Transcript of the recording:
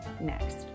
next